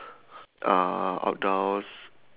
uh outdoors